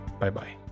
Bye-bye